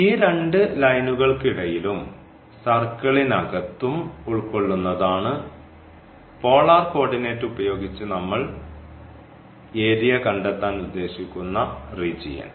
ഈ രണ്ടു ലൈനുകൾകിടയിലും സർക്കിളിനകത്തും ഉൾക്കൊള്ളുന്നതാണ് പോളാർ കോർഡിനേറ്റ് ഉപയോഗിച്ച് നമ്മൾ ഏരിയ കണ്ടെത്താൻ ഉദ്ദേശിക്കുന്ന റീജിയൻ